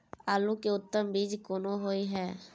आलू के उत्तम बीज कोन होय है?